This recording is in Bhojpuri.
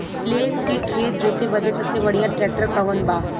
लेव के खेत जोते बदे सबसे बढ़ियां ट्रैक्टर कवन बा?